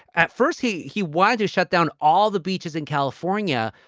at first, he he wanted to shut down all the beaches in california.